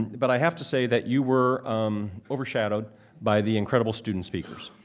but i have to say that you were overshadowed by the incredible student speakers.